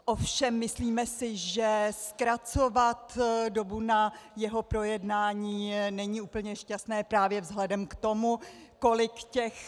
Ovšem myslíme si, že zkracovat dobu na jeho projednání není úplně šťastné právě vzhledem k tomu, kolik těch změn je.